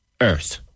earth